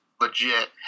legit